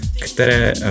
které